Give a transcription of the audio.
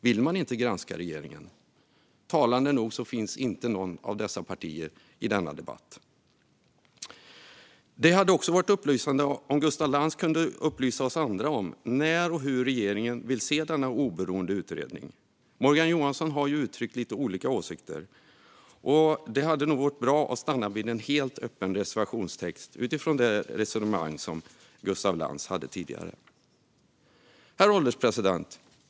Vill man inte granska regeringen? Talande nog är ingen från dessa partier med i denna debatt. Det hade också varit upplysande om Gustaf Lantz kunde tala om för oss andra när och hur regeringen vill se denna oberoende utredning; Morgan Johansson har ju uttryckt lite olika åsikter. Det hade nog varit bra att stanna vid en helt öppen reservationstext utifrån det resonemang som Gustaf Lantz hade tidigare. Herr ålderspresident!